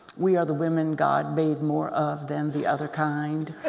we are the women god made more of than the other kind.